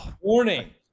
warning